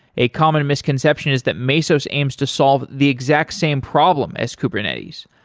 a common misconception is that meos aims to solve the exact same problem as kubernetes,